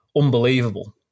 unbelievable